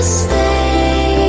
stay